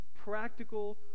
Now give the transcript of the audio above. Practical